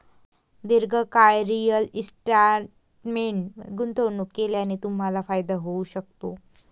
दीर्घकाळ रिअल इस्टेटमध्ये गुंतवणूक केल्याने तुम्हाला फायदा होऊ शकतो